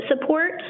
support